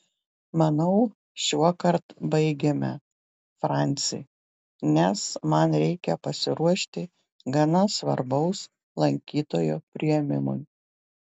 manau šiuokart baigėme franci nes man reikia pasiruošti gana svarbaus lankytojo priėmimui